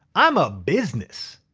i'm a business,